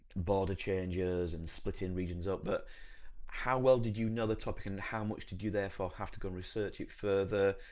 border changes and splitting regions up but how well did you know the topic and how much did you therefore have to go and research it further,